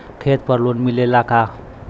खेत पर लोन मिलेला का?